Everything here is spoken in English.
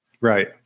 Right